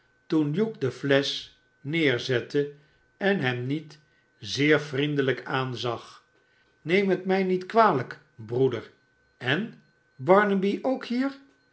toen hugh de flesch neerzette en hem niet zeer vriendelijk aanzag neem het mij niet kwalijk broederl en barnaby ook hier